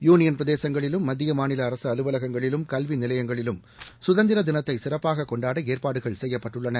union பிரதேசங்களிலும் மத்திய மாநில அரசு அலுவலகங்களிலும் கல்வி நிலையங்களிலும் சுதந்திர தினத்தை சிறப்பாக கொண்டாட ஏற்பாடுகள் செய்யப்பட்டுள்ளன